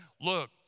Look